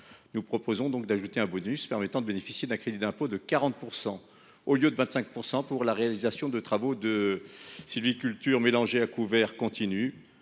Nous proposons donc d’ajouter un bonus permettant de bénéficier d’un crédit d’impôt de 40 % au lieu de 25 % pour la réalisation de travaux de sylviculture mélangée à couvert continu